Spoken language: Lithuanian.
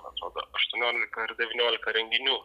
man atrodo aštuoniolika ar devyniolika renginių